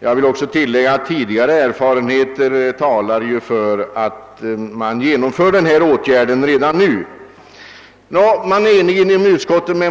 Jag vill tillägga att tidigare erfarenheter också talar för detta tillvägagångssätt. Man är således enig inom utskottet.